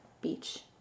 beach